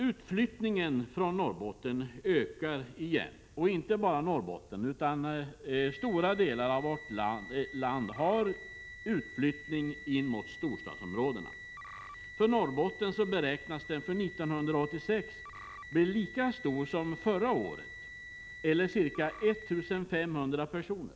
Utflyttningen ökar igen, inte bara i Norrbotten. Stora delar av vårt land har en utflyttning in mot storstadsområdena. För 1986 beräknas den bli lika stor som förra året, eller ca 1 500 personer.